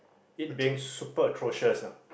it being super atrocious ah